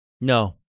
No